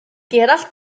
gerallt